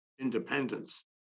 independence